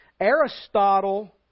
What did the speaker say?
Aristotle